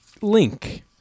link